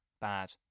bad